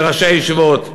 לראשי הישיבות,